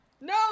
No